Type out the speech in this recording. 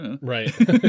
right